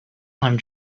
time